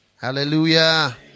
Hallelujah